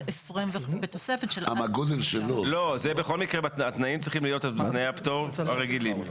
--- התנאים צריכים להיות בתנאי הפטור הרגילים.